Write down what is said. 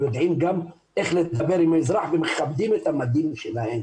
יודעים גם איך לדבר עם אזרח ומכבדים את המדים שלהם.